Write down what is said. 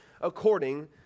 according